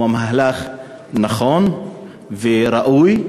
הוא מהלך נכון וראוי,